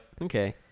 Okay